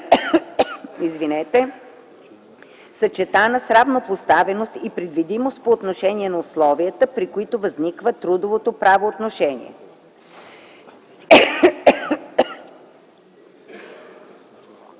съчетана с равнопоставеност и предвидимост по отношение на условията, при които възниква трудовото правоотношение.